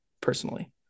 personally